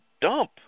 dump